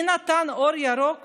מי נתן אור ירוק